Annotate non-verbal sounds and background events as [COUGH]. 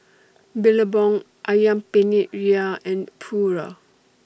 [NOISE] Billabong Ayam Penyet Ria and Pura